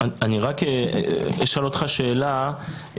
אני אשאל אותך שאלה,